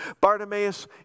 Bartimaeus